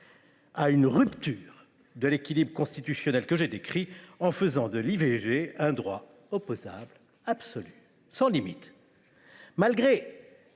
à une rupture de l’équilibre constitutionnel que j’ai décrit, en faisant de l’IVG un droit opposable, absolu, sans limites. Malgré